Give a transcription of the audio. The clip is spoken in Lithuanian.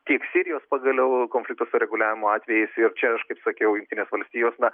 tiek sirijos pagaliau konflikto sureguliavimo atvejis ir čia aš kaip sakiau jungtinės valstijos na